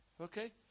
Okay